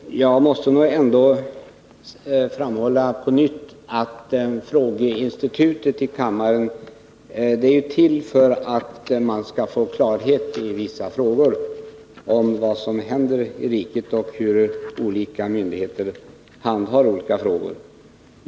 Herr talman! Jag måste på nytt framhålla att frågeinstitutet i kammaren är till för att man skall få klarhet i vissa frågor om vad som händer i riket och om hur olika myndigheter handhar olika ärenden.